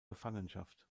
gefangenschaft